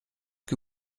que